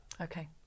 Okay